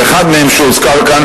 ואחד מהם שהוזכר כאן,